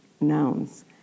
nouns